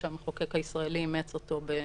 שהמחוקק הישראלי אימץ אותו ב-1981.